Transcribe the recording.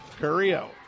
Carrillo